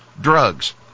drugs